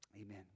Amen